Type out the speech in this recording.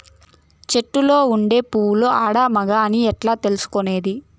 చెట్టులో ఉండే పూలు ఆడ, మగ అని ఎట్లా తెలుసుకునేది?